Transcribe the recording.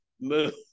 Move